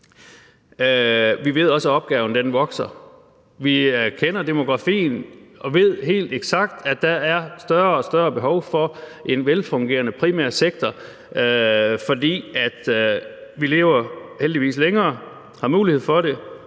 Vi ved også, at opgaven vokser. Vi kender demografien og ved helt eksakt, at der er større og større behov for en velfungerende primærsektor, fordi vi heldigvis lever længere;